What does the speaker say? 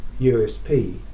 USP